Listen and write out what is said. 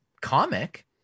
comic